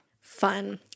Fun